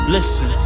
Listen